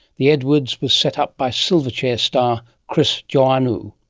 the edwards was set up by silverchair star chris joannou.